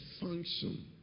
function